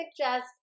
suggest